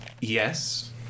Yes